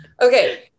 Okay